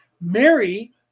Mary